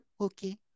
okay